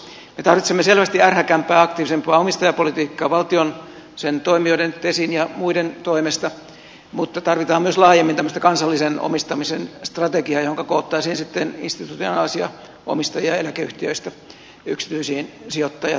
me tarvitsemme selvästi ärhäkämpää aktiivisempaa omistajapolitiikkaa valtion sen toimijoiden tesin ja muiden toimesta mutta tarvitaan myös laajemmin tämmöistä kansallisen omistamisen strategiaa johonka koottaisiin sitten institutionaalisia omistajia eläkeyhtiöistä yksityisiin sijoittajatahoihin